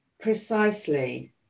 Precisely